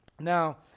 Now